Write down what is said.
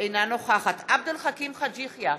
אינה נוכחת עבד אל חכים חאג' יחיא,